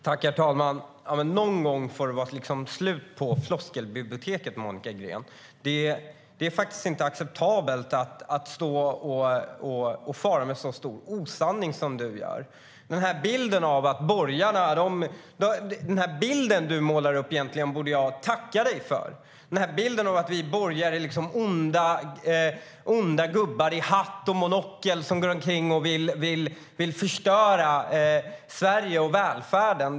Herr talman! Någon gång får det vara slut på floskelbiblioteket, Monica Green. Det är faktiskt inte acceptabelt att fara med så stor osanning som du gör. Egentligen borde jag tacka dig för bilden som du målar upp av att vi borgare är onda gubbar i hatt och monokel som vill förstöra Sverige och välfärden.